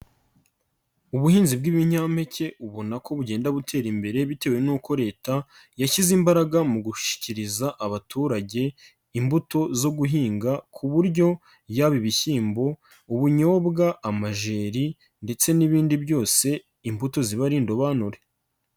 Ubuhinzi bw'ibinyampeke ubona ko bugenda butera imbere bitewe n'uko leta yashyize imbaraga mu gushikiriza abaturage imbuto zo guhinga ku buryo yaba ibishyimbo, ubunyobwa, amajeri ndetse n'ibindi byose imbuto ziba ari indobanure.